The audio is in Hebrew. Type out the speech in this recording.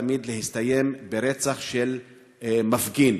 תמיד להסתיים ברצח של מפגין?